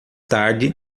tarde